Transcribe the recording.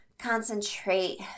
Concentrate